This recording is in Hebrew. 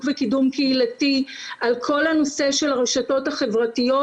וקידום קהילתי על כל הנושא של הרשתות החברתיות,